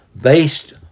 based